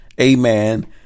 amen